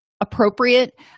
appropriate